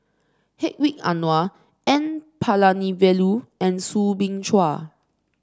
Hedwig Anuar N Palanivelu and Soo Bin Chua